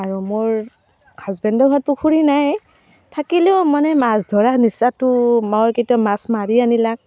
আৰু মোৰ হাজবেণ্ডৰ ঘৰত পুখুৰী নাই থাকিলেও মানে মাছ ধৰা নিচাতো মই কেতিয়াও মাছ মাৰি আনিলাক